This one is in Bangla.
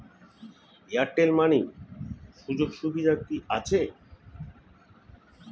এয়ারটেল মানি সুযোগ সুবিধা কি আছে?